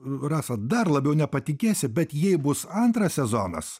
rasa dar labiau nepatikėsi bet jei bus antras sezonas